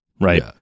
right